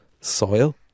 soil